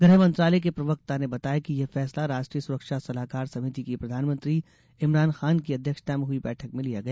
गृह मंत्रालय के प्रवक्ता ने बताया कि यह फैसला राष्ट्रीय सुरक्षा सलाहकार समिति की प्रधानमंत्री इमरान खान की अध्यक्षता में हुई बैठक में लिया गया